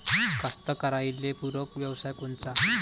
कास्तकाराइले पूरक व्यवसाय कोनचा?